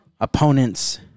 opponents